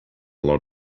lot